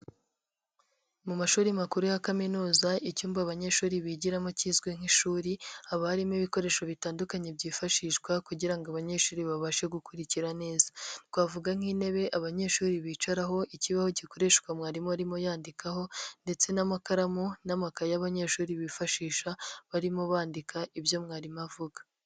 Mu mashuri makuru ya kaminuza, icyumba abanyeshuri bigiramo kizwi nk'ishuri, haba harimo ibikoresho bitandukanye byifashishwa kugira ngo abanyeshuri babashe gukurikira neza. Twavuga nk'intebe abanyeshuri bicaraho, ikibaho gikoreshwa mwarimu arimo yandikaho ndetse n'amakaramu n'amakaye abanyeshuri bifashisha barimo bandika ibyo mwarimu avuga.